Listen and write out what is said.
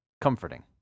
comforting